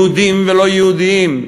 יהודים ולא יהודים,